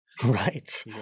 right